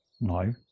no